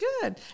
Good